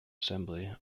assembly